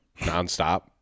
nonstop